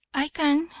i can,